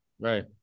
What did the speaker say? right